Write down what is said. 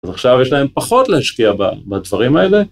אז עכשיו יש להם פחות להשקיע בדברים האלה.